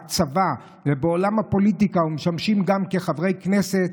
הצבא ובעולם הפוליטיקה ומשמשים גם כחברי כנסת,